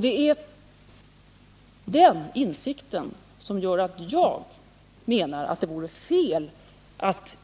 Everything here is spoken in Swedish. Det är den insikten som gör att jag anser att det vore fel att